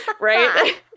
Right